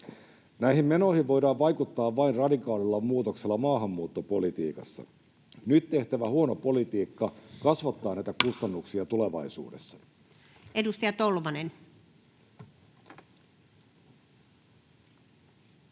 Näihin menoihin voidaan vaikuttaa vain radikaalilla muutoksella maahanmuuttopolitiikassa. Nyt tehtävä huono politiikka kasvattaa näitä kustannuksia tulevaisuudessa.